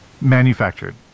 manufactured